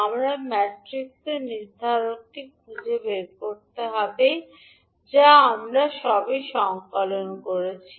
আমরা ম্যাট্রিক্সের নির্ধারকটি খুঁজে বের করতে হবে যা আমরা সবে সংকলন করেছি